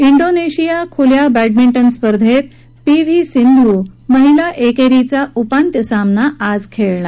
डोनेशिया खुल्या बॅडमिंटन स्पर्धेत P V सिंधूनं महिला एकेरीचा उपांत्य सामना आज खेळणार